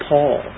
Paul